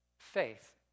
faith